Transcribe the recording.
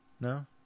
no